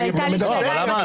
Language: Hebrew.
אבל הייתה לי שאלה.